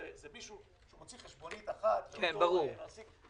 זה מישהו שמוציא חשבונית אחת לאותו מעסיק.